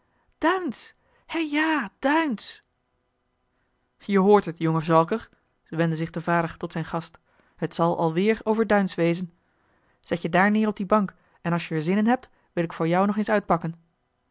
hè ja duins je hoort het jonge zwalker wendde zich de vader tot zijn gast het zal alweer over duins wezen zet je joh h been paddeltje de scheepsjongen van michiel de ruijter daar neer op die bank en als je er zin in hebt wil ik voor jou nog eens uitpakken